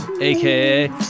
aka